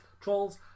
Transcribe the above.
trolls